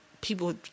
people